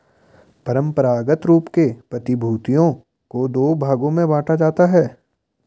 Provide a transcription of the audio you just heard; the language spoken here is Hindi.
परंपरागत रूप से प्रतिभूतियों को दो भागों में बांटा जाता है